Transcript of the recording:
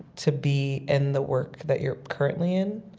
to be in the work that you're currently in,